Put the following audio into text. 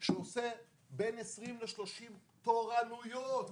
שהוא עושה בין 20 ל-30 תורנויות